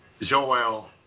Joel